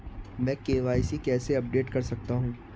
मैं के.वाई.सी कैसे अपडेट कर सकता हूं?